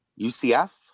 UCF